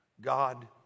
God